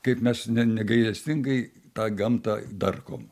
kaip mes ne negailestingai tą gamtą darkom